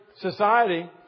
society